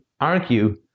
argue